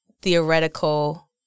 theoretical